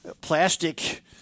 plastic